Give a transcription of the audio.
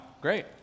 Great